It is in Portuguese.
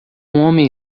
homem